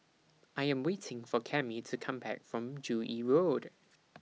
I Am waiting For Cammie to Come Back from Joo Yee Road